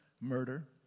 murder